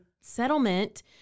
settlement